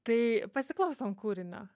tai pasiklausom kūrinio